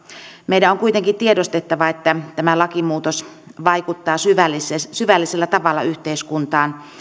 meidän on on kuitenkin tiedostettava että tämä lakimuutos vaikuttaa syvällisellä tavalla yhteiskuntaan